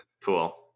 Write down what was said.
Cool